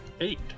eight